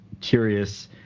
curious